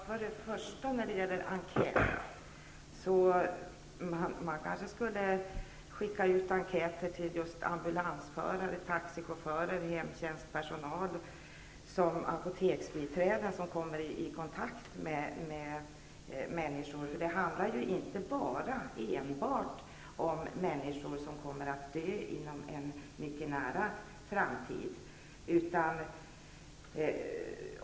Fru talman! Man skulle kanske skicka ut enkäter till just ambulansförare, taxichaufförer, hemtjänstpersonal och apoteksbiträden, som kommer i kontakt med människor. Det handlar inte enbart om människor som kommer att dö inom en mycket nära famtid.